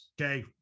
Okay